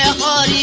ah la